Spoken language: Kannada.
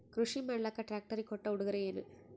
ಕೃಷಿ ಮಾಡಲಾಕ ಟ್ರಾಕ್ಟರಿ ಕೊಟ್ಟ ಉಡುಗೊರೆಯೇನ?